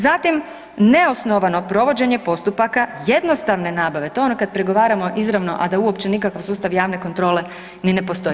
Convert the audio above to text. Zatim neosnovano provođenje postupaka jednostavne nabave, to je ono kad pregovaramo izravno, a da uopće nikakav sustav javne kontrole ni ne postoji.